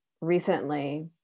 recently